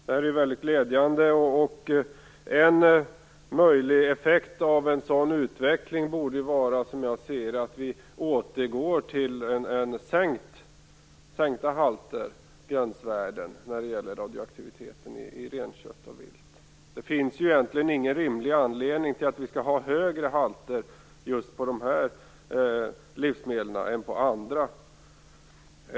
Detta är väldigt glädjande, och en möjlig effekt av en sådan utveckling borde, som jag ser det, vara att vi återgår till sänkta gränsvärden för radioaktivitet i renkött och viltkött. Det finns egentligen inte någon rimlig anledning till att vi skall ha högre halter just i de här livsmedlen än i andra.